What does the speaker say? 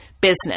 business